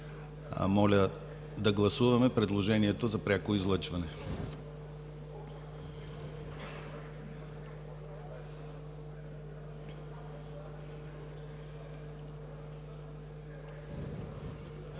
Моля да гласуваме предложението за пряко излъчване.